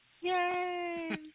Yay